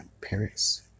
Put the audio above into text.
Paris